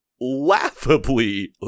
laughably